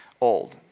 old